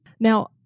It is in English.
Now